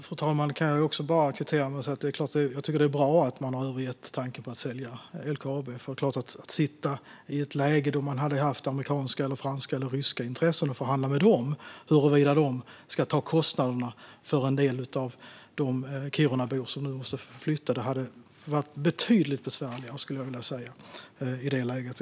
Fru talman! Jag kan kvittera med att säga att jag tycker att det är bra att Moderaterna har övergett tanken på att sälja LKAB. Ett läge där man måste förhandla med amerikanska, franska eller ryska intressen om huruvida de ska ta kostnaderna för en del av de Kirunabor som nu måste flytta hade varit betydligt besvärligare, skulle jag vilja säga.